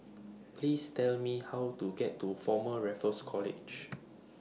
Please Tell Me How to get to Former Raffles College